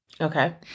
Okay